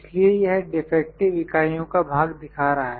इसलिए यह डिफेक्टिव इकाइयों का भाग दिखा रहा है